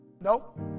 Nope